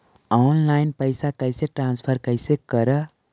Online पैसा कैसे transfer कैसे कर?